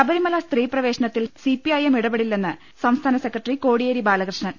ശബരിമല സ്ത്രീ പ്രവേശനത്തിൽ സിപിഐഎം ഇടപെടി ല്ലെന്ന് സംസ്ഥാന വ് സെക്രട്ടറി കോടി യേരി ബാലകൃഷ്ണൻ